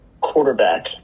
quarterback